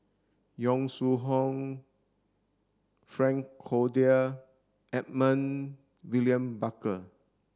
Yong Shu Hoong Frank Cloutier Edmund William Barker